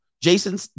Jason